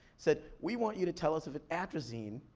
said, we want you to tell us if atrazine